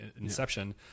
inception